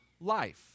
life